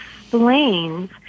explains